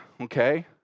okay